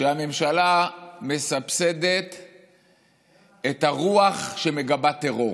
שהממשלה מסבסדת את הרוח שמגבה טרור.